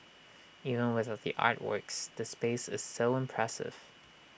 even without the artworks the space is so impressive